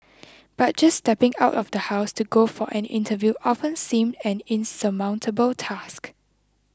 but just stepping out of the house to go for an interview often seemed an insurmountable task